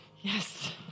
Yes